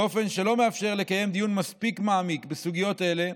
באופן שלא מאפשר לקיים דיון מספיק מעמיק בסוגיות אלה,